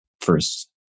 first